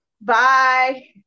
Bye